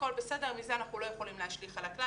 הכול בסדר ומזה אנחנו לא יכולים להשליך על הכלל.